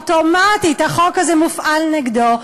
אוטומטית החוק הזה מופעל נגדו,